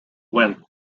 when